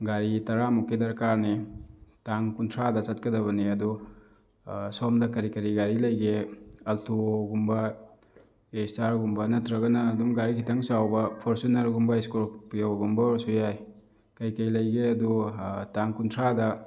ꯒꯥꯔꯤ ꯇꯔꯥꯃꯨꯛꯀꯤ ꯗꯔꯀꯥꯔꯅꯤ ꯇꯥꯡ ꯀꯨꯟꯊ꯭ꯔꯥꯗ ꯆꯠꯀꯗꯕꯅꯤ ꯑꯗꯨ ꯁꯣꯝꯗ ꯀꯔꯤ ꯀꯔꯤ ꯒꯥꯔꯤ ꯂꯩꯒꯦ ꯑꯜꯇꯣꯒꯨꯝꯕ ꯑꯦ ꯏꯁꯇꯥꯔꯒꯨꯝꯕ ꯅꯠꯇ꯭ꯔꯒꯅ ꯑꯗꯨꯝ ꯒꯥꯔꯤ ꯈꯤꯇꯪ ꯆꯥꯎꯕ ꯐꯣꯔꯆꯨꯅꯔꯒꯨꯝꯕ ꯏꯁꯀꯣꯔꯄꯤꯌꯣꯒꯨꯝꯕ ꯑꯣꯏꯔꯁꯨ ꯌꯥꯏ ꯀꯩꯀꯩ ꯂꯩꯒꯦ ꯑꯗꯣ ꯇꯥꯡ ꯀꯨꯟꯊ꯭ꯔꯥꯗ